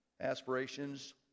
aspirations